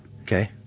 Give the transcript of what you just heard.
Okay